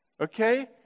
Okay